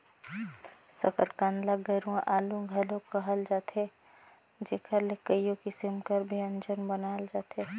सकरकंद ल गुरूवां आलू घलो कहल जाथे जेकर ले कइयो किसिम कर ब्यंजन बनाल जाथे